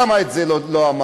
למה את זה לא אמרת?